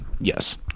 Yes